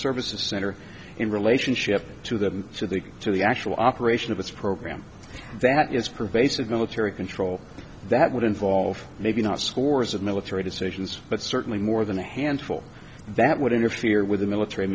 services center in relationship to them so they get to the actual operation of its program that is pervasive military control that would involve maybe not scores of military decisions but certainly more than a handful that would interfere with the military